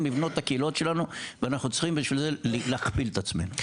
לבנות את הקהילות שלנו ובשביל זה אנחנו צריכים להכפיל את עצמנו.